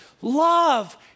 love